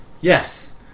Yes